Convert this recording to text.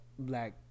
black